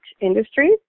industries